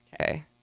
Okay